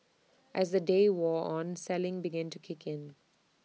as the day wore on selling began to kick in